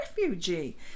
refugee